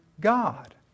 God